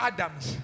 Adams